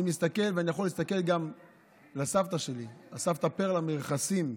אני יכול להסתכל לסבתא שלי, סבתא פרלה מרכסים,